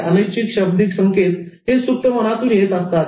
अनैच्छिक शब्दिक संकेत हे सुप्त मनामधून येत असतात